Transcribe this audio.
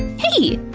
hey!